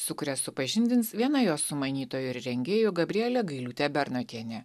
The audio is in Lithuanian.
su kuria supažindins viena jos sumanytojų ir rengėjų gabrielė gailiūtė bernotienė